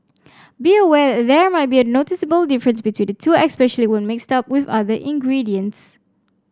be aware there might be a noticeable difference between the two especially when mixed up with other ingredients